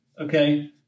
okay